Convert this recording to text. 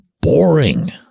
boring